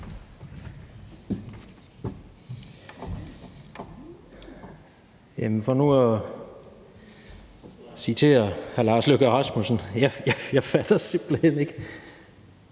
(KD): For nu at citere hr. Lars Løkke Rasmussen: Jeg fatter simpelt hen ikke,